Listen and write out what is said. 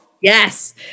Yes